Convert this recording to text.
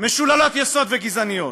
משוללות יסוד וגזעניות?